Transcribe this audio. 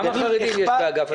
כמה חרדים יש באגף התקציבים?